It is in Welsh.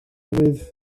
fydd